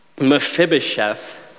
Mephibosheth